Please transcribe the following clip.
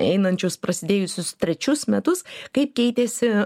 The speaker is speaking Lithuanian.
einančius prasidėjusius trečius metus kaip keitėsi